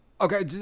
Okay